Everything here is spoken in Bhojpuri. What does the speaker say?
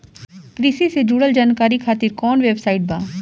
कृषि से जुड़ल जानकारी खातिर कोवन वेबसाइट बा?